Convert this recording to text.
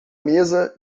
mesa